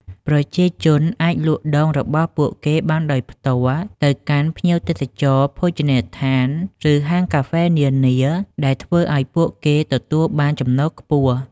ប្រជាជនអាចលក់ដូងរបស់ពួកគេបានដោយផ្ទាល់ទៅកាន់ភ្ញៀវទេសចរ ភោជនីយដ្ឋាន ឬហាងកាហ្វេនានា ដែលធ្វើឲ្យពួកគេទទួលបានចំណូលខ្ពស់។